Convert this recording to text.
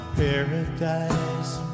paradise